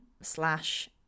slash